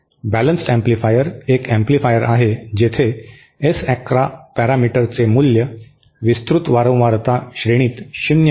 balanced amplifier एक amplifier आहे जेथे एस 11 पॅरामीटर चे मूल्य विस्तृत वारंवारता श्रेणीत शून्य आहे